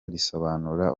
risobanura